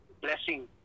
blessing